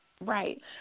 Right